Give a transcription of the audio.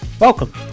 Welcome